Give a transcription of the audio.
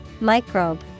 microbe